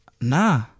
Nah